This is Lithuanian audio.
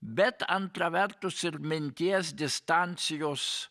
bet antra vertus ir minties distancijos